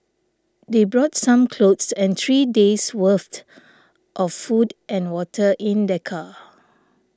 they brought some clothes and three days' worth of food and water in their car